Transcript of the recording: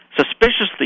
suspiciously